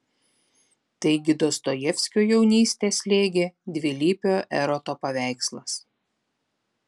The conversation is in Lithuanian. taigi dostojevskio jaunystę slėgė dvilypio eroto paveikslas